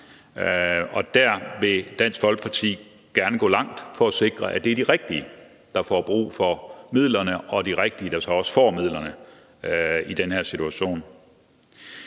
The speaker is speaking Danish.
der vil Dansk Folkeparti gerne gå langt for at sikre, at det er de rigtige – dem, der får brug for midlerne – der så også får midlerne i den her situation.